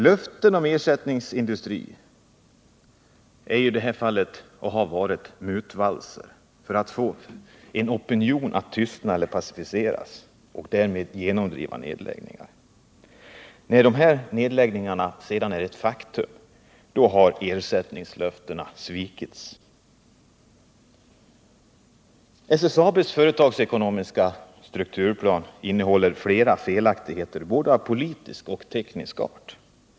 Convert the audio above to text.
Löftena om ersättningsindustri är i detta fall, och har varit, mutvalser för att få en opinion att tystna eller passiveras, varefter nedläggningar kan genomdrivas. När nedläggningarna sedan är ett faktum har ersättningslöftena svikits. SSAB:s företagsekonomiska strukturplan innehåller flera felaktigheter både av politisk och av teknisk art.